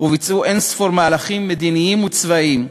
וביצעו אין-ספור מהלכים מדיניים וצבאיים,